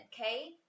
okay